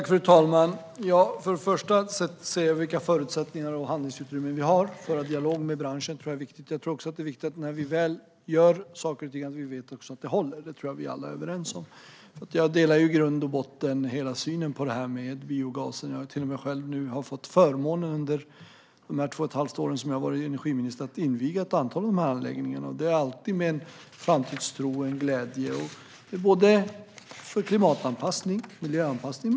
Fru talman! Vi ska se vilka förutsättningar och vilket handlingsutrymme vi har. Att föra dialog med branschen tror jag är viktigt. Jag tror också att det är viktigt att vi när vi väl gör något också vet att det håller. Det tror jag att vi alla är överens om. Jag delar i grund och botten hela synen på det här med biogasen. Jag har till och med själv fått förmånen under de två och ett halvt år som jag varit energiminister att inviga ett antal anläggningar, alltid med framtidstro och glädje. Det är både klimatanpassning och miljöanpassning.